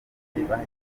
bitabaza